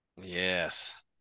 Yes